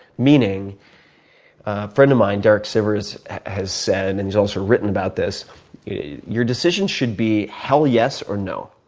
meaning a friend of mine, derek sivers has said, and he's also written about this your decision should be hell yes, or no.